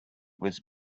was